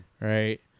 Right